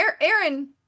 Aaron